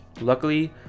Luckily